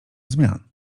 zmian